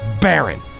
Baron